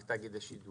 רק תאגיד השידור.